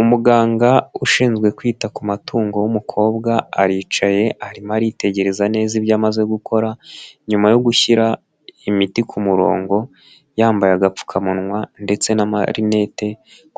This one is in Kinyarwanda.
Umuganga ushinzwe kwita ku matungo w'umukobwa aricaye arimo aritegereza neza ibyo amaze gukora, nyuma yo gushyira imiti ku murongo, yambaye agapfukamunwa ndetse n'amarinete